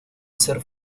hacer